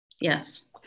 Yes